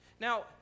Now